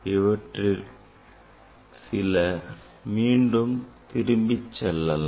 இவற்றில் சில மீண்டும் திரும்பிச் செல்லலாம்